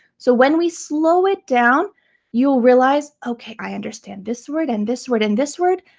so when we slow it down you'll realize okay i understand this word, and this word, and this word,